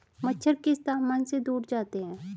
मच्छर किस तापमान से दूर जाते हैं?